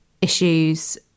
issues